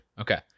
Okay